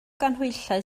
ganhwyllau